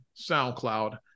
SoundCloud